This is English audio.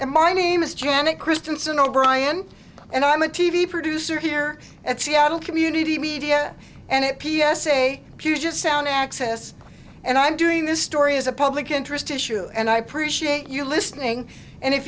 and my name is janet christensen o'brian and i'm a t v producer here at seattle community media and it p s a puget sound access and i'm doing this story as a public interest issue and i appreciate you listening and if